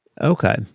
Okay